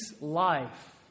life